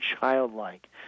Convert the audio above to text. childlike